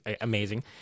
amazing